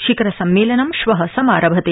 शिखरसम्मेलनं श्व समारभते